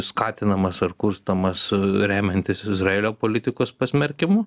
skatinamas ar kurstomas remiantis izraelio politikos pasmerkimu